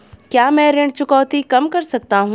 क्या मैं ऋण चुकौती कम कर सकता हूँ?